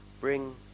bring